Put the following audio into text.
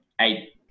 eight